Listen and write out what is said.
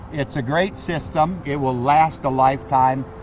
it's a great system, it will last a lifetime.